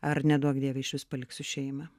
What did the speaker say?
ar neduok dieve iš vis paliksiu šeimą